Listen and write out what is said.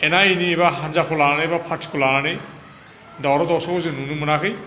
एना एनि एबा हानजाखौ लानानै एबा पार्टिखौ लानानै दावराव दावसिखौ जों नुनो मोनाखै